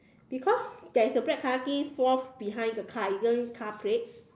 because there is a black color thing fall off behind the car isn't it car plate